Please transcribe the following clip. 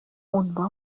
унпа